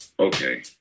Okay